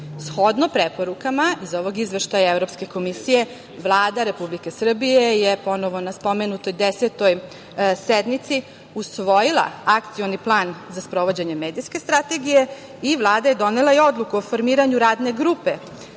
Shodno preporukama iz ovoga Izveštaja Evropske komisije Vlada Republike Srbije je ponovo na spomenutoj Desetoj sednici usvojila Akcioni plan za sprovođenje medijske strategije i Vlada je donela odluku o formiranju Radne grupe